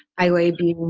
i weigh being